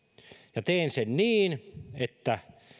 ja teen sen niin että